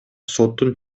соттун